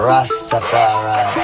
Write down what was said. Rastafari